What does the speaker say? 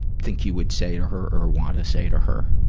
think you would say to her or want to say to her?